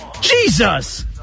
Jesus